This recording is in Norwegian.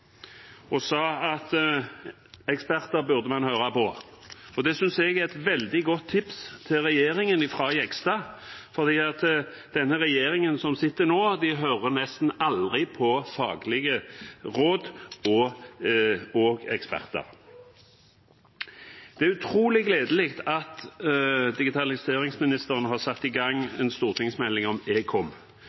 og sa at eksperter burde man høre på. Det synes jeg er et veldig godt tips til regjeringen fra Jegstad, for den regjeringen som sitter nå, hører nesten aldri på faglige råd og eksperter. Det er utrolig gledelig at digitaliseringsministeren har satt i gang en stortingsmelding om